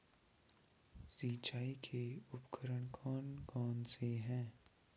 सिंचाई के उपकरण कौन कौन से हैं?